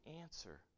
answer